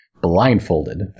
blindfolded